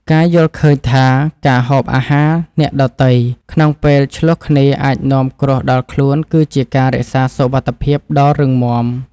ការយល់ឃើញថាការហូបអាហារអ្នកដទៃក្នុងពេលឈ្លោះគ្នាអាចនាំគ្រោះដល់ខ្លួនគឺជាការរក្សាសុវត្ថិភាពដ៏រឹងមាំ។